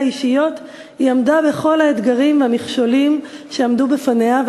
האישיות היא עמדה בכל האתגרים והמכשולים שעמדו בפניה,